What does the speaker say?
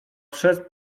przez